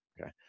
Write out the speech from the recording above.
Okay